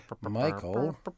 Michael